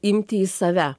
imti į save